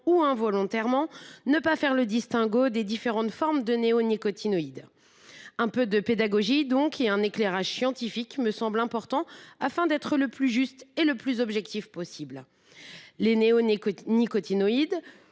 involontairement, à ne pas faire le distinguo entre les différentes formes de néonicotinoïdes. Un peu de pédagogie et d’éclairage scientifique me semblent importants, afin d’être le plus juste et le plus objectif possible. Les néonicotinoïdes